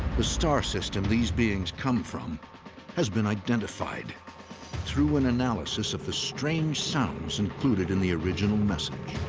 the star system these beings come from has been identified through an analysis of the strange sounds included in the original message.